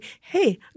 Hey